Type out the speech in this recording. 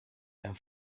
and